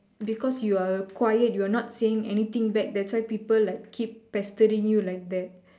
because you are quiet you are not saying anything back that's why people like keep pestering you like that